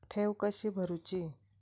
ठेवी कशी भरूची?